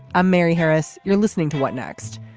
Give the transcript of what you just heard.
i'm mary harris. you're listening to what next.